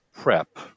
PrEP